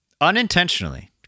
unintentionally